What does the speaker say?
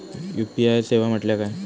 UPI सेवा म्हटल्या काय?